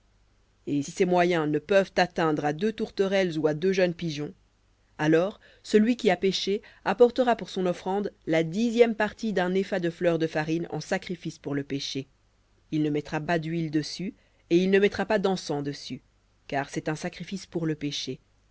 et si ses moyens ne peuvent atteindre à deux tourterelles ou à deux jeunes pigeons alors celui qui a péché apportera pour son offrande la dixième partie d'un épha de fleur de farine en sacrifice pour le péché il ne mettra pas d'huile dessus et il ne mettra pas d'encens dessus car c'est un sacrifice pour le péché